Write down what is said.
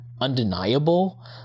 undeniable